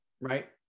right